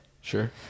Sure